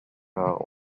are